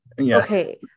Okay